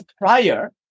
prior